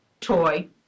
toy